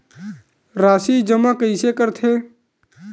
राशि जमा कइसे करथे?